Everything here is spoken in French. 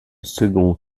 second